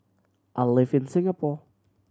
I live in Singapore